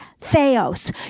Theos